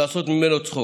לעשות ממנו צחוק.